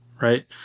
right